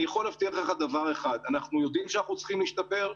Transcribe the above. אני יכול להבטיח לך דבר אחד אנחנו יודעים שאנחנו צריכים להשתפר.